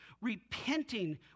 repenting